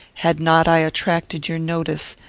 had not i attracted your notice,